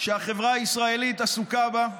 שהחברה הישראלית עסוקה בהן.